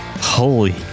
Holy